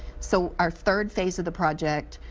so our third phase of the project,